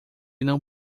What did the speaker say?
não